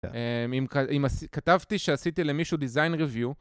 אם כתבתי שעשיתי למישהו design review